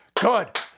Good